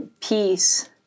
peace